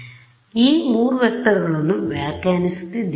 → ಆದ್ದರಿಂದ ನಾನು ಈ 3 ವೆಕ್ಟರ್ ಗಳನ್ನು ವ್ಯಾಖ್ಯಾನಿಸುತ್ತಿದ್ದೇನೆ